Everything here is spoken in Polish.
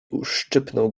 uszczypnął